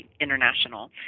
International